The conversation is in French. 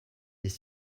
des